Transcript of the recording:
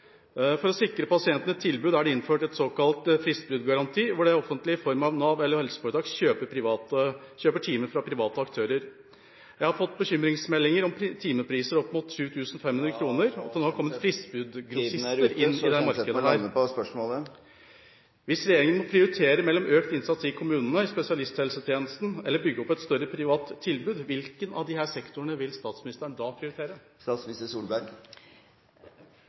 For å sikre pasientene et tilbud er det innført en såkalt fristbruddgaranti, hvor det offentlige ved Nav eller helseforetak kjøper timer fra private aktører. Jeg har fått bekymringsmeldinger om timepriser opp mot 7 500 kr, og nå kommer fristbruddgrossister inn i dette markedet … Tiden er ute, så Kjenseth må lande med et spørsmål. Hvis regjeringen prioriterer mellom økt innsats i kommunene, i spesialisthelsetjenesten eller å bygge opp et større privat tilbud – hvilke av disse sektorene vil statsministeren da prioritere?